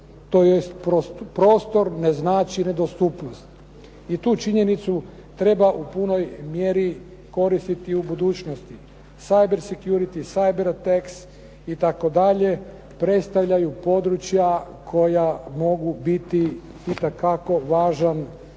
prostor ne znači nedostupnost. I tu činjenicu treba u punoj mjeri koristiti i u budućnosti. Ciber security, ciber tekst itd. predstavljaju područja koja mogu biti itekako važan i